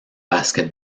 basket